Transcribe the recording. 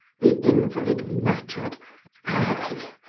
the invalid muttered i?